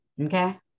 Okay